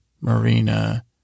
Marina